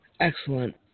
Excellent